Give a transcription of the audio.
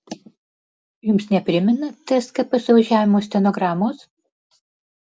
jums neprimena tskp suvažiavimo stenogramos